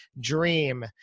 dream